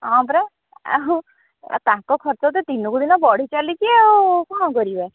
ହଁ ପରା ଆଉ ତାଙ୍କ ଖର୍ଚ୍ଚ ତ ତିନକୁ ଦିନ ବଢ଼ି ଚାଲିଛି ଆଉ କ'ଣ କରିବା